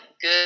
good